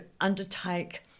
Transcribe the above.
undertake